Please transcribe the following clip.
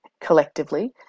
collectively